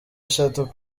eshatu